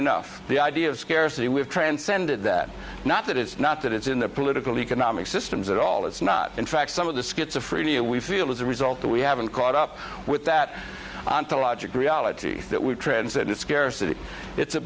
enough the idea of scarcity we've transcended that not that it's not that it's in the political economic systems at all it's not in fact some of the schizophrenia we feel as a result we haven't caught up with that ontological reality that we transited scarcity it's a